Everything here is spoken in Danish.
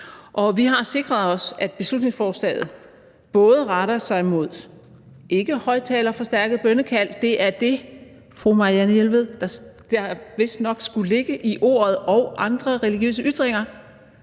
Vi har sikret os, at beslutningsforslaget også retter sig mod ikkehøjtalerforstærket bønnekald. Det er det, vil jeg sige til fru Marianne Jelved, der vistnok skulle ligge i ordet: og andre religiøse ytringer.